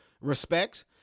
respect